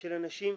של אנשים.